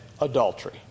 adultery